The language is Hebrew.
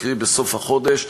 קרי החל בסוף החודש,